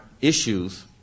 issues